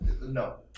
No